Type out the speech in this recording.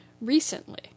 recently